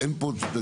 אין פה צדדים.